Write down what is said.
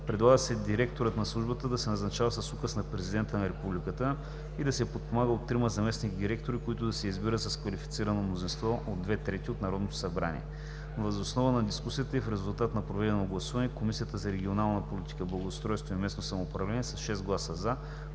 Предлага се директорът на службата да се назначава с указ на президента на Републиката и да се подпомага от трима заместник-директори, които да се избират с квалифицирано мнозинство от две трети от Народното събрание. Въз основа на дискусията и в резултат на проведеното гласуване Комисията по регионална политика, благоустройство и местно самоуправление с 6 гласа „за”,